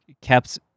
kept